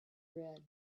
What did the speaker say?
red